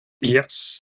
Yes